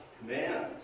commands